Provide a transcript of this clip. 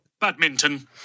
Badminton